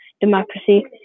democracy